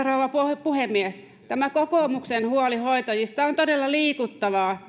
rouva puhemies tämä kokoomuksen huoli hoitajista on todella liikuttavaa